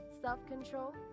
self-control